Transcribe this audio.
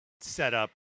setup